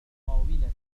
الأقل